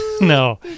No